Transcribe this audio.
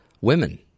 women